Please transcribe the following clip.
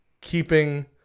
keeping